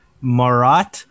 Marat